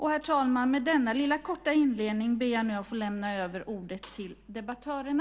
Herr talman! Med denna lilla korta inledning ber jag nu att få lämna över ärendet till debattörerna.